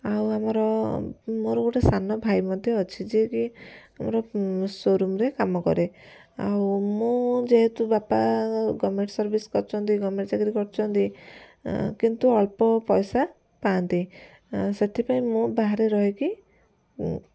ଆଉ ଆମର ମୋର ଗୋଟେ ସାନ ଭାଇ ମଧ୍ୟ ଅଛି ଯେ କି ମୋର ସୋରୁମ୍ରେ କାମ କରେ ଆଉ ମୁଁ ଯେହେତୁ ବାପା ଗଭର୍ନମେଣ୍ଟ ସର୍ଭିସ୍ କରୁଛନ୍ତି ଗଭର୍ନମେଣ୍ଟ ଚାକିରୀ କରୁଛନ୍ତି କିନ୍ତୁ ଅଳ୍ପ ପଇସା ପାଆନ୍ତି ସେଥିପାଇଁ ମୁଁ ବାହାରେ ରହିକି